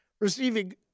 receiving